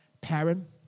parent